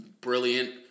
brilliant